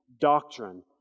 doctrine